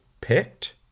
picked